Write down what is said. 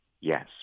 yes